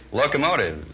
locomotive